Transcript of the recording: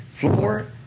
floor